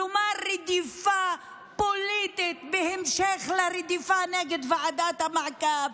כלומר רדיפה פוליטית בהמשך לרדיפה נגד ועדת המעקב.